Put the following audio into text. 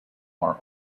are